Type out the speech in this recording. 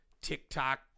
TikTok